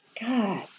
God